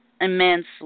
immensely